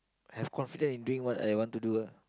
have confident in doing what I want to do ah